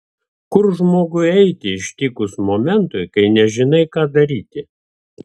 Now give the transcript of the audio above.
kur žmogui eiti ištikus momentui kai nežinai ką daryti